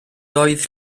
oedd